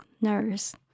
nurse